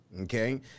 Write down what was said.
Okay